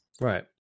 right